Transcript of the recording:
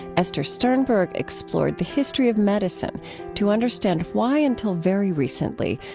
esther sternberg explored the history of medicine to understand why, until very recently,